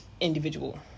individual